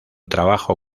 trabajo